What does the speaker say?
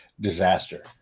disaster